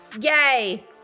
Yay